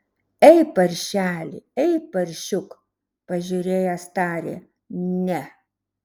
ei paršeli ei paršiuk pažiūrėjęs tarė ne